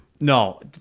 No